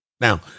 Now